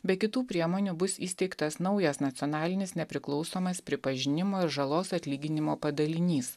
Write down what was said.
be kitų priemonių bus įsteigtas naujas nacionalinis nepriklausomas pripažinimo ir žalos atlyginimo padalinys